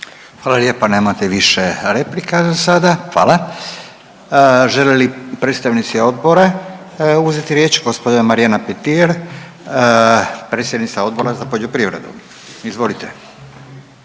Hvala lijepa. Nemate više replika za sada. Hvala. Žele li predstavnici odbora uzeti riječ? Gđa. Marijana Petir, predsjednica Odbora za poljoprivredu. Izvolite.